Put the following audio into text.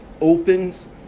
opens